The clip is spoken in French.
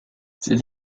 cet